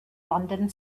london